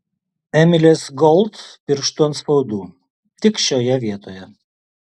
emilės gold pirštų atspaudų tik šioje vietoje